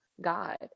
God